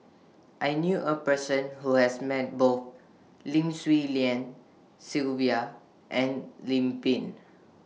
I knew A Person Who has Met Both Lim Swee Lian Sylvia and Lim Pin